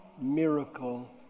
miracle